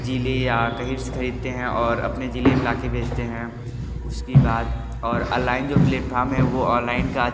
जिले या कहीं से खरीदते हैं और अपने जिले में ला कर बेचते हैं उसकी बात और अनलाइन जो प्लेटफार्म है वो ऑनलाइन का